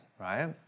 right